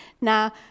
Now